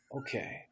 Okay